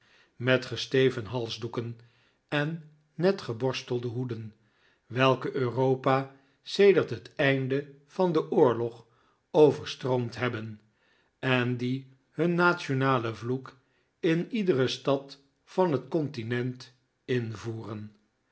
met gesteven halsdoeken en net geborstelde hoeden welke europa sedert het einde van den oorlog overstroomd hebben en die hun nationalen vloek in iedere stad van het continent invoeren